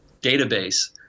database